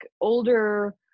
older